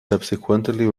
subsequently